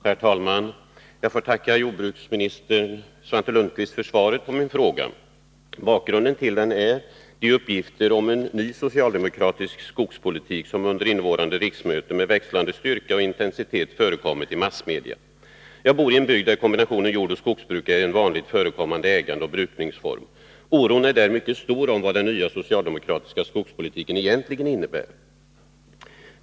Herr talman! Jag vill tacka Svante Lundkvist för svaret på min fråga. Bakgrunden till frågan är de uppgifter om en ny socialdemokratisk skogspolitik som under innevarande riksmöte med växlande styrka och intensitet har förekommit i massmedia. Jag bor i en bygd där kombinationen jordbruk och skogsbruk är en vanligt förekommande ägandeoch brukningsform. Man känner där mycket stark oro och undrar vad den nya socialdemokratiska skogspolitiken egentligen innebär.